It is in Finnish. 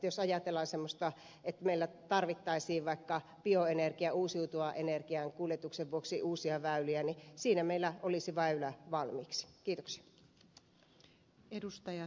jos ajatellaan semmoista että meillä tarvittaisiin vaikka bioenergian uusiutuvan energian kuljetuksen vuoksi uusia väyliä niin siinä meillä olisi väylä valmiina